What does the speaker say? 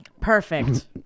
Perfect